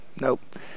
Nope